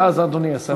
ואז אדוני השר יענה.